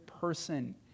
person